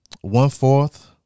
one-fourth